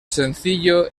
sencillo